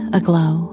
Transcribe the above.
aglow